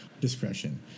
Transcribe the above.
discretion